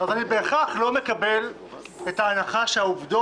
גם אם כתב האישום מונח ואני קורא אותו וגם בהנחה שזה יוכח,